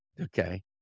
Okay